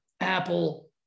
Apple